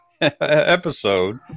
episode